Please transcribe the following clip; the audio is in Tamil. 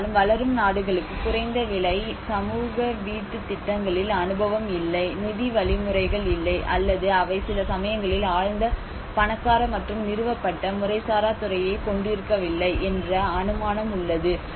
பெரும்பாலும் வளரும் நாடுகளுக்கு குறைந்த விலை சமூக வீட்டுத் திட்டங்களில் அனுபவம் இல்லை நிதி வழிமுறைகள் இல்லை அல்லது அவை சில சமயங்களில் ஆழ்ந்த பணக்கார மற்றும் நிறுவப்பட்ட முறைசாரா துறையைக் கொண்டிருக்கவில்லை என்ற அனுமானம் உள்ளது